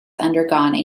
undergone